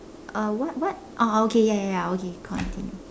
uh what what oh okay ya ya okay continue